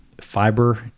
fiber